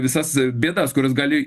visas bėdas kurios gali